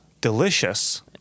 delicious